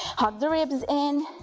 hug the ribs in,